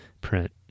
print